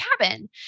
cabin